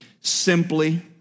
simply